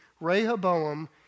Rehoboam